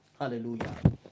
hallelujah